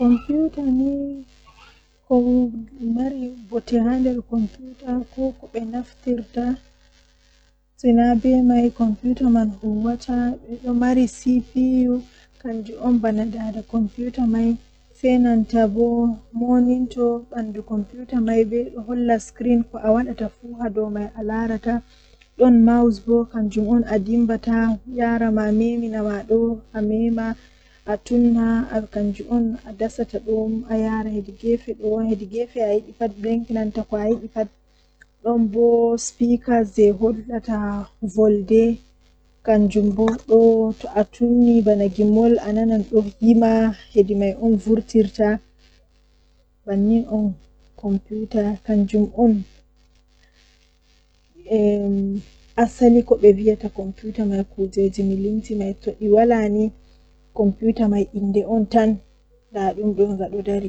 Ndabbawa boosaru jei mi buri yiduki kanjum bosayel peskuturum baleejum ngam kanjum do don voowa himbe masin nden to voowi ma lattan bana sobaajo ma on tokkan wodugo hunndeeji duddum be makko.